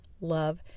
love